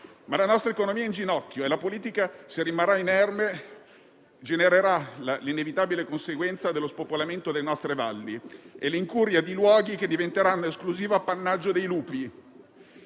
Ma la nostra economia è in ginocchio e la politica, se rimarrà inerme, genererà l'inevitabile conseguenza dello spopolamento delle nostre valli e l'incuria di luoghi che diventeranno esclusivo appannaggio dei lupi.